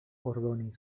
ordonis